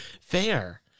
Fair